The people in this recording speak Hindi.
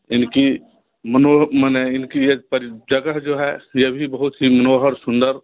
इनकी मनोरमा इनकी पर जगह जो है ये भी बहुत ही मनोहर सुंदर